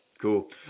Cool